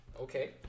Okay